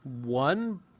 one